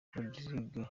rodrigue